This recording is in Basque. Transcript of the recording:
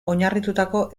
oinarritutako